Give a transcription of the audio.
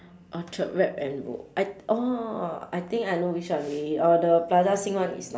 orchard wrap and roll I orh I think I know which one already orh the plaza sing one